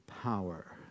power